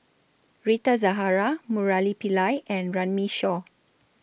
Rita Zahara Murali Pillai and Runme Shaw